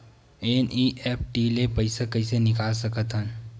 NEFT ले पईसा कइसे निकाल सकत हन?